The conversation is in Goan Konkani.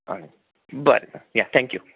हय बरें तर या थेंक यू